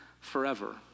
forever